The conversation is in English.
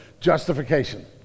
justification